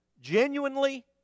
genuinely